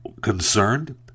concerned